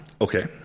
Okay